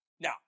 Now